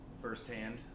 firsthand